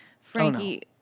Frankie